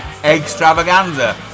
Extravaganza